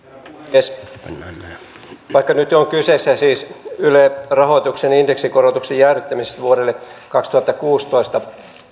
puhemies vaikka nyt on kyseessä siis hallituksen esitys yle rahoituksen indeksikorotuksen jäädyttämisestä vuodelle kaksituhattakuusitoista